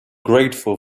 grateful